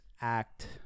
act